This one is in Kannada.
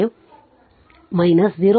75 0